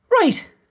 Right